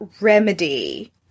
remedy